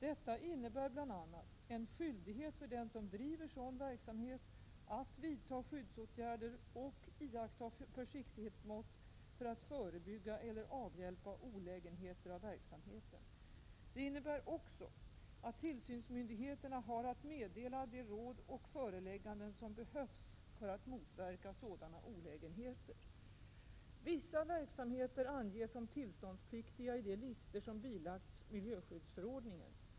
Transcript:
Detta innebär bl.a. en skyldighet för den som driver sådan verksamhet att vidta skyddsåtgärder och iaktta försiktighetsmått för att förebygga eller avhjälpa olägenheter av verksamheten. Det innebär också att tillsynsmyndigheterna har att meddela de råd och förelägganden som behövs för att motverka sådana olägenheter. Vissa verksamheter anges som tillståndspliktiga i de listor som bilagts miljöskyddsförordningen.